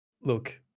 Look